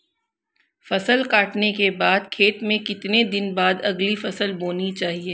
फसल काटने के बाद खेत में कितने दिन बाद अगली फसल बोनी चाहिये?